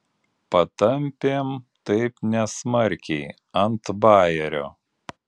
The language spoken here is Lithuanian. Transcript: patampėm taip nesmarkiai ant bajerio